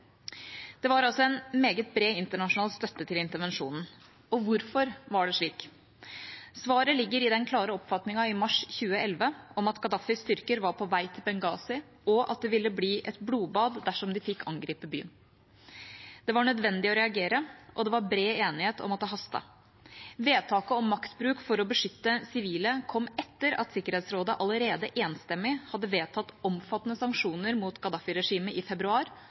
Det var altså en meget bred internasjonal støtte til intervensjonen. Hvorfor var det slik? Svaret ligger i den klare oppfatningen i mars 2011 om at Gaddafis styrker var på vei til Benghazi, og at det ville bli et blodbad dersom de fikk angripe byen. Det var nødvendig å reagere, og det var bred enighet om at det hastet. Vedtaket om maktbruk for å beskytte sivile kom etter at Sikkerhetsrådet allerede enstemmig hadde vedtatt omfattende sanksjoner mot Gaddafi-regimet i februar,